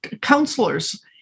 counselors